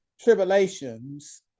tribulations